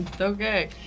Okay